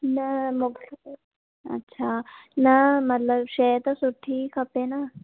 न मूंखे अच्छा न मतलबु शइ त सुठी ई खपे न